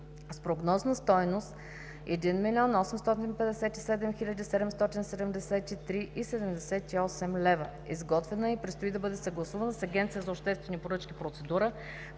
с прогнозна стойност 1 млн. 857 хил. 773,78 лв. Изготвена е и предстои да бъде съгласувана с Агенция за обществени поръчки процедура